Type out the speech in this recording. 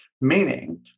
meaning